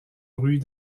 bruit